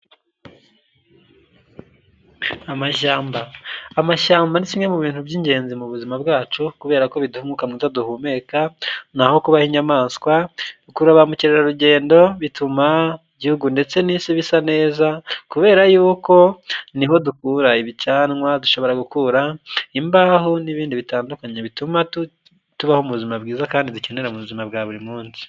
Amashyamba. Amashyamba ni kimwe mu bintu by'ingenzi mu buzima bwacu kubera ko biduha umwuka mwiza duhumeka, n'aho kuba h'inyamaswa, bikurura ba mukerarugendo bituma igihugu ndetse n'isi bisa neza, kubera yuko, niho dukura ibicanwa dushobora gukura imbaho n'ibindi bitandukanye bituma tubaho buzima bwiza kandi dukenera mu buzima bwa buri munsi.